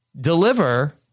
deliver